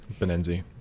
Benenzi